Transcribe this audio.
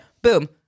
Boom